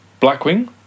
Blackwing